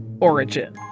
origin